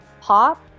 pop